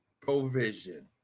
provision